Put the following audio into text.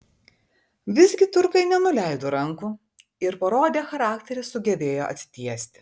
visgi turkai nenuleido rankų ir parodę charakterį sugebėjo atsitiesti